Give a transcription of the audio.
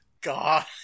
God